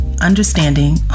understanding